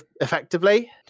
effectively